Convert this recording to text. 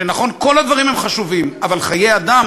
שנכון, כל הדברים הם חשובים, אבל חיי אדם